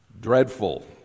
dreadful